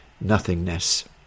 nothingness